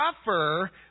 suffer